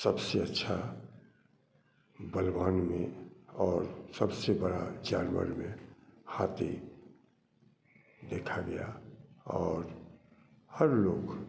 सबसे अच्छा बलवान में और सबसे बड़ा जानवर में हाथी देखा गया और हर लोग